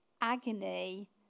agony